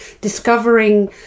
discovering